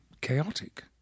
chaotic